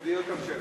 להעביר את הצעת